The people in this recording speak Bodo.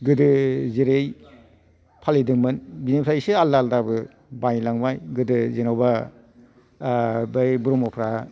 गोदो जेरै फालिदोंमोन बेनिफ्राय एसे आलदा आलदाबो बायलांबाय गोदो जेन'बा बै ब्रह्मफ्रा